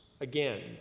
again